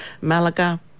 malaga